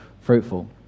fruitful